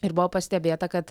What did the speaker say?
ir buvo pastebėta kad